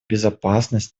безопасность